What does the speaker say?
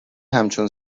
همچون